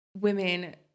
women